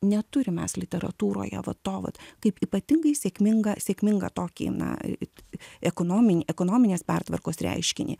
neturim mes literatūroje va to vat kaip ypatingai sėkmingą sėkmingą tokį na ekonominį ekonominės pertvarkos reiškinį